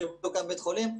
שיוקם בית חולים.